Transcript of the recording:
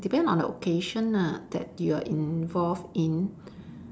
depend on the occasion ah that you are involved in